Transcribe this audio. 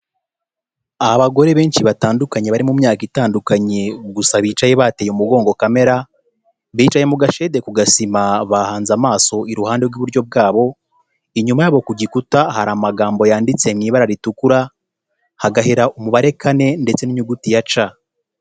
Abagore benshi batandukanye bari mu myaka itandukanye gusa bicaye bateye umugongo kamera, bicaye mu gashede ku gasima bahanze amaso iruhande rw'iburyo bwa bo, inyuma yabo ku gikuta hari amagambo yanditse mu ibara ritukura hagahera umubare kane ndetse n'inyuguti ya ca.